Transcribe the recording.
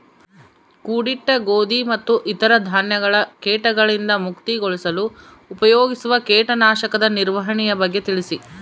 ಕೂಡಿಟ್ಟ ಗೋಧಿ ಮತ್ತು ಇತರ ಧಾನ್ಯಗಳ ಕೇಟಗಳಿಂದ ಮುಕ್ತಿಗೊಳಿಸಲು ಉಪಯೋಗಿಸುವ ಕೇಟನಾಶಕದ ನಿರ್ವಹಣೆಯ ಬಗ್ಗೆ ತಿಳಿಸಿ?